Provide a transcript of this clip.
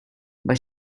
but